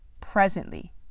presently